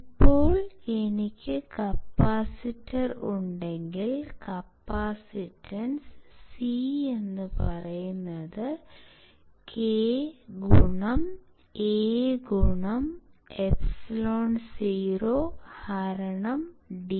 ഇപ്പോൾ എനിക്ക് കപ്പാസിറ്റർ ഉണ്ടെങ്കിൽ കപ്പാസിറ്റൻസ് CkAεod